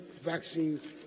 vaccines